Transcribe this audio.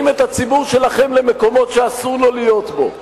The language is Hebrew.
את הציבור שלכם למקומות שאסור לו להיות בהם.